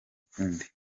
ukundi